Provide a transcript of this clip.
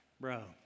Bro